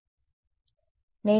విద్యార్థి ఒక ఏకత్వం